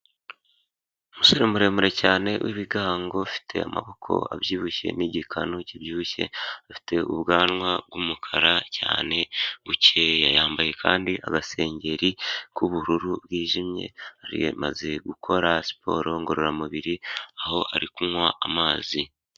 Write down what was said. Umusore muremure cyane w'ibigango ufite amaboko abyibushye n'igikanu kibyibushye, afite ubwanwa bw'umukara cyane bukeya. Yambaye kandi agasengeri k'ubururu bwijimye, ari amaze gukora siporo ngororamubiri aho ari kunywa amazi.